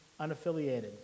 unaffiliated